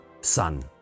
sun